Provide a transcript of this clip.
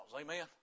Amen